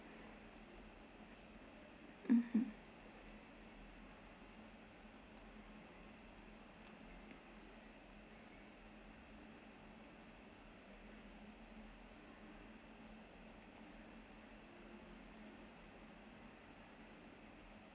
mmhmm